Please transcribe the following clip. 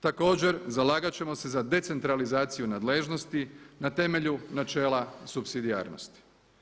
Također, zalagat ćemo se za decentralizaciju nadležnosti na temelju načela supsidijarnosti.